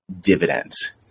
dividends